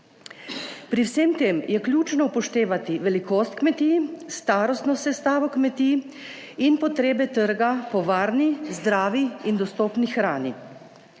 Pri vsem tem je ključno upoštevati velikost kmetij, starostno sestavo kmetij in potrebe trga po varni, zdravi in dostopni hrani.